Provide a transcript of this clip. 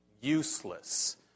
useless